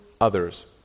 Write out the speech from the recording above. others